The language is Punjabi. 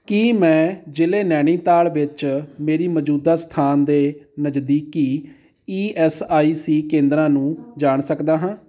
ਕੀ ਮੈਂ ਜ਼ਿਲ੍ਹੇ ਨੈਨੀਤਾਲ ਵਿੱਚ ਮੇਰੀ ਮੌਜੂਦਾ ਸਥਾਨ ਦੇ ਨਜ਼ਦੀਕੀ ਈ ਐੱਸ ਆਈ ਸੀ ਕੇਂਦਰਾਂ ਨੂੰ ਜਾਣ ਸਕਦਾ ਹਾਂ